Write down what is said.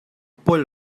poll